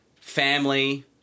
family